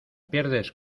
pierdes